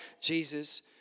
Jesus